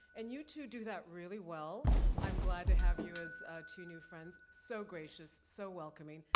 and you two do that really well. i'm glad to have you as two new friends. so gracious, so welcoming,